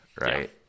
right